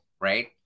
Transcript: right